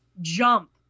jump